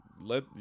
let